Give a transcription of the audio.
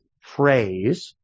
phrase